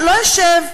לא, לא אשב.